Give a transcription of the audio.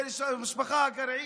עם המשפחה הגרעינית.